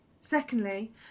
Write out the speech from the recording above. secondly